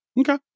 Okay